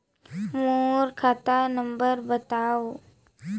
मोर खाता नम्बर बताव?